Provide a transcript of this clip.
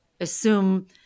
assume